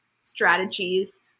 strategies